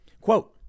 Quote